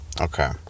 Okay